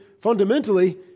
fundamentally